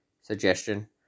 suggestion